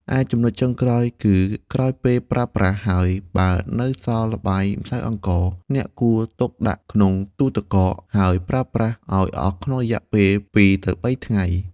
ឯចំណុចចុងក្រោយគឺ ក្រោយពេលប្រើប្រាស់ហើយ បើនៅសល់ល្បាយម្សៅអង្ករ អ្នកគួរទុកដាក់ក្នុងទូទឹកកក ហើយប្រើប្រាស់ឱ្យអស់ក្នុងរយៈពេល ២ ទៅ ៣ ថ្ងៃ។